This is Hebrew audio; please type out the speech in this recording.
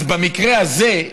אך המקרה הזה,